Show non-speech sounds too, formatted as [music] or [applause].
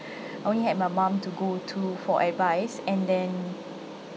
[breath] only had my mom to go to for advice and then